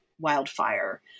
wildfire